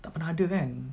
tak pernah ada kan